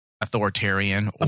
authoritarian